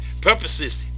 Purposes